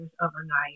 overnight